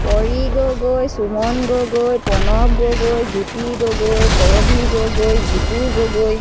Pori Gogoi Suman Gogoi Pranab Gogoi Jyoti Gogoi Karabi Gogoi Jitu Gogoi